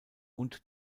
und